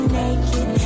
naked